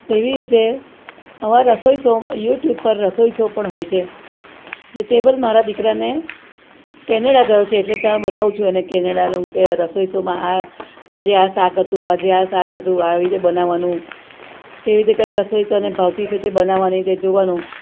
તેવી રીતે અમાર રસોઈ શો યૂટ્યૂબ પર રસોઈ શો પણ હોય છે ને તે પર મારા દીકરાને કેનેડા ગયો છે એટલે ત્યાં બતાઉં છું એને કેનેડાનું કે રસોઈ શોમાં આ આજે આ શાક હતું આજે આ શાક હતું આવી રીતે બનાવાનું કેવી રીતે કઈ રસોઈ તને ભાવતી છે તે બનાવાની તે જોવાનું